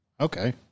Okay